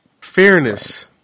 fairness